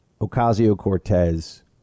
Ocasio-Cortez